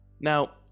Now